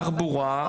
תחבורה,